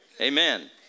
Amen